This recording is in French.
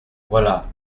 voilà